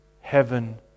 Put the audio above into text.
heaven